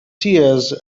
tears